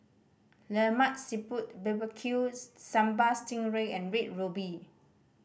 Lemak Siput B B Q sambal sting ray and Red Ruby